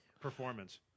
performance